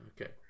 Okay